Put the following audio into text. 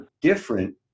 different